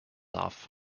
off